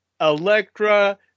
Electra